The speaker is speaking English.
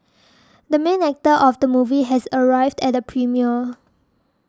the main actor of the movie has arrived at the premiere